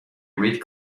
read